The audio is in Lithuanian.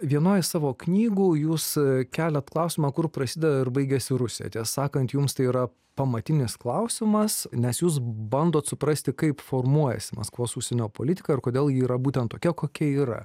vienoj iš savo knygų jūs keliat klausimą kur prasideda ir baigiasi rusija tiesą sakant jums tai yra pamatinis klausimas nes jūs bandot suprasti kaip formuojasi maskvos užsienio politika ir kodėl ji yra būtent tokia kokia yra